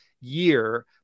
year